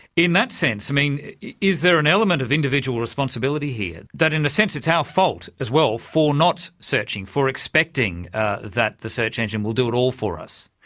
in that sense, is there an element of individual responsibility here, that in a sense it's our fault, as well, for not searching, for expecting ah that the search engine will do it all for us.